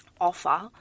offer